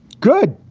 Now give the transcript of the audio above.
good.